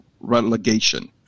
relegation